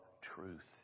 truth